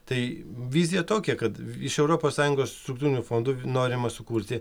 tai vizija tokia kad iš europos sąjungos struktūrinių fondų norima sukurti